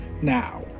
Now